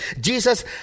Jesus